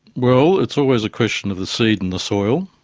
well, it's always a question of the seed and the soil.